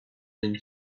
been